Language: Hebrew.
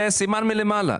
זה סימן מלמעלה,